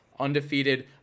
Undefeated